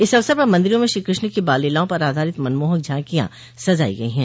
इस अवसर पर मन्दिरों में श्री कृष्ण की बाल लीलाओं पर आधारित मनमोहक झाकियां सजायी गयी हैं